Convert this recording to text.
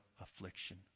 affliction